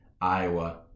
Iowa